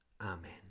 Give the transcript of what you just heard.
Amen